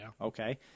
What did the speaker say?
Okay